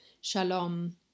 shalom